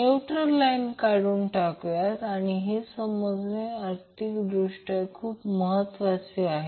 neutral line काढून टाकूया आणि हे समजणे आर्थिकदृष्टया खूप महत्त्वाचे आहे